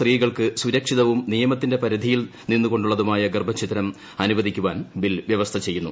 സ്ത്രീകൾക്ക് സുരക്ഷിതവും നിയമത്തിന്റെ പരിധിയിൽ നിന്നുക്കൊണ്ടുള്ളതുമായ ഗർഭഛിദ്രം അനുവദിക്കാനും ബില്ല് വ്യവസ്ഥ ച്ചെയ്യുന്നു